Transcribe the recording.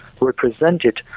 represented